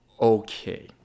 Okay